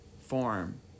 form